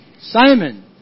Simon